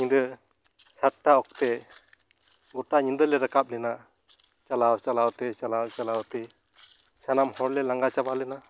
ᱧᱤᱫᱟᱹ ᱥᱟᱛᱴᱟ ᱚᱠᱛᱮ ᱜᱚᱴᱟ ᱧᱤᱫᱟᱹᱞᱮ ᱨᱟᱠᱟᱵ ᱞᱮᱱᱟ ᱪᱟᱞᱟᱣ ᱪᱟᱞᱟᱣᱛᱮ ᱪᱟᱞᱟᱣ ᱪᱟᱞᱟᱣᱛᱮ ᱥᱟᱱᱟᱢ ᱦᱚᱲᱞᱮ ᱞᱟᱸᱜᱟ ᱪᱟᱵᱟ ᱞᱮᱱᱟ